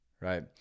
right